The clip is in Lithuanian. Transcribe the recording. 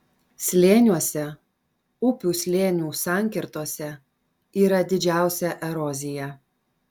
slėniuose upių slėnių sankirtose yra didžiausia erozija